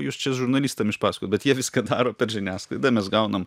jūs čia žurnalistam išpasakojot bet jie viską daro per žiniasklaidą mes gaunam